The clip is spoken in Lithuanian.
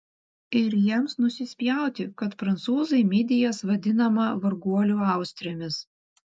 ir jiems nusispjauti kad prancūzai midijas vadinama varguolių austrėmis